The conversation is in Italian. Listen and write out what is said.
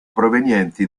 provenienti